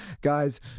guys